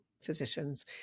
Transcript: physicians